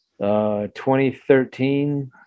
2013